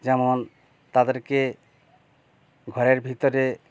যেমন তাদেরকে ঘরের ভিতরে